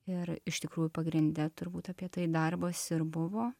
ir iš tikrųjų pagrinde turbūt apie tai darbas ir buvo